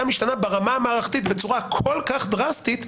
משתנה ברמה המערכתית בצורה כל כך דרסטית,